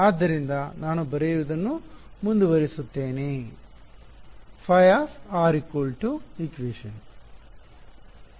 ಆದ್ದರಿಂದ ನಾನು ಬರೆಯುವುದನ್ನು ಮುಂದುವರಿಸುತ್ತೇನೆ